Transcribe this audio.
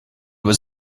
was